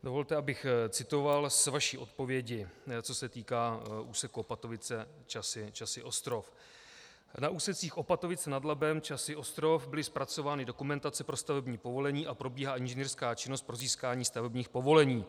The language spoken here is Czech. Dovolte, abych citoval z vaší odpovědi, co se týká úseku OpatoviceČasy, ČasyOstrov: Na úsecích Opatovice nad Labem Časy Ostrov byly zpracovány dokumentace pro stavební povolení a probíhá inženýrská činnost pro získání stavebních povolení.